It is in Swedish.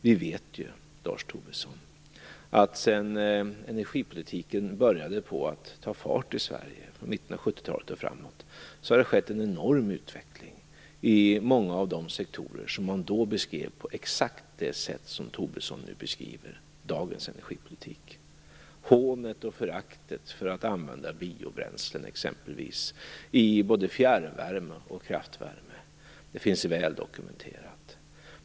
Vi vet ju, Lars Tobisson, att det sedan energipolitiken började ta fart i Sverige i mitten av 70-talet och framåt har ägt rum en enorm utveckling i många av de sektorer som man då beskrev på exakt det sätt som Tobisson nu beskriver dagens energipolitik. Hånet och föraktet mot exempelvis användning av biobränslen i både fjärrvärme och kraftvärme är väl dokumenterat.